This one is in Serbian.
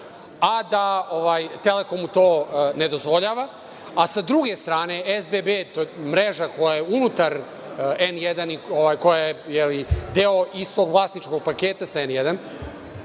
a „Telekom“ mu to ne dozvoljava, a sa druge strane SBB je mreža koja je unutar N1 i koja je deo istog vlasničkog paketa sa N1,